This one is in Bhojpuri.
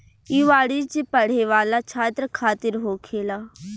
ई वाणिज्य पढ़े वाला छात्र खातिर होखेला